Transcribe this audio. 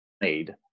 made